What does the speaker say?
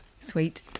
Sweet